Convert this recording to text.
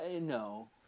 no